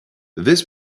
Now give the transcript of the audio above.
this